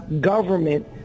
government